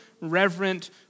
reverent